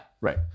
right